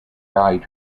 guide